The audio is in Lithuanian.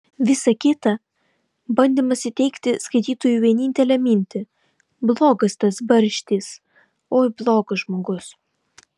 visa kita bandymas įteigti skaitytojui vienintelę mintį blogas tas barštys oi blogas žmogus